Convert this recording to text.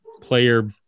Player